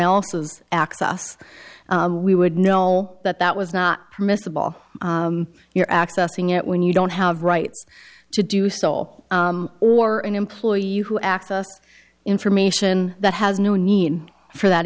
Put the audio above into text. else's access we would know that that was not permissible you're accessing it when you don't have rights to do so all or an employee who access information that has no need for that